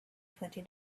twenty